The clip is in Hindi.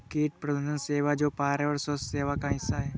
कीट प्रबंधन सेवा जो पर्यावरण स्वास्थ्य सेवा का हिस्सा है